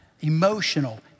emotional